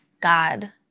God